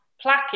plaque